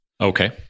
Okay